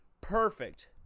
perfect